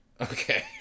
Okay